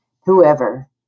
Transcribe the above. whoever